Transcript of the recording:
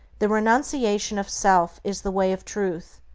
the renunciation of self is the way of truth,